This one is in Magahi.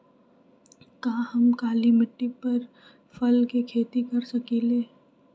का हम काली मिट्टी पर फल के खेती कर सकिले?